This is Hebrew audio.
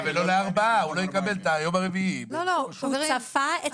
הוא יהיה זכאי לשלושה ולא לארבעה,